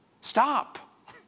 Stop